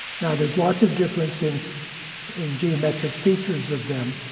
now, there's lots of difference in in geometric features of them,